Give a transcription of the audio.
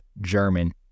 German